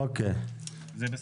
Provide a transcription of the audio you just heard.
זה בסדר.